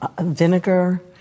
vinegar